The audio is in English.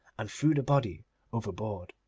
and threw the body overboard.